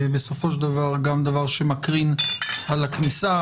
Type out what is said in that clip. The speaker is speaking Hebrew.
ובסופו של דבר גם דבר שמקרין על הכניסה,